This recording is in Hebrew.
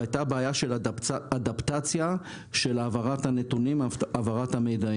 והייתה בעיה של אדפטציה בהעברת הנתונים והמידע.